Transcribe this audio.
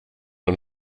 und